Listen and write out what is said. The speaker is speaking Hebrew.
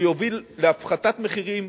הוא יוביל להפחתת מחירים